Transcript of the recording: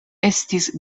estis